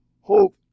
hope